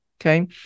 okay